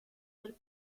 del